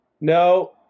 No